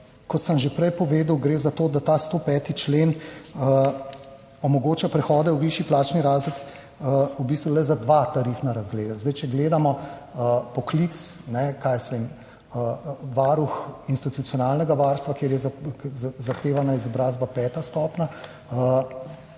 kot sem že prej povedal, gre za to, da ta 105. člen omogoča prehode v višji plačni razred v bistvu za le dva tarifna razreda. Če gledamo poklic, kaj jaz vem, varuh institucionalnega varstva, kjer je zahtevana izobrazba peta stopnja,